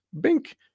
bink